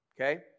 okay